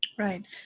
Right